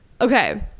Okay